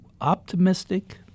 optimistic